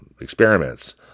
experiments